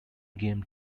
game